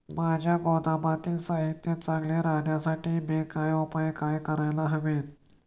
माझ्या गोदामातील साहित्य चांगले राहण्यासाठी मी काय उपाय काय करायला हवेत?